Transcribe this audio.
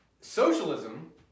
Socialism